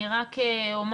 אני רק אומר,